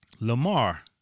Lamar